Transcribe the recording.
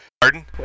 Pardon